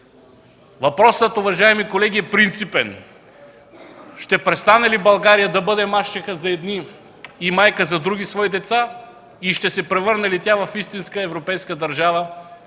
Въпросът, уважаеми колеги, е принципен. Ще престане ли България да бъде мащеха за едни и майка за други свои деца и ще се превърне ли тя в истинска европейска държава,